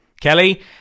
kelly